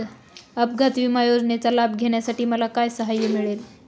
अपघात विमा योजनेचा लाभ घेण्यासाठी मला काय सहाय्य मिळेल?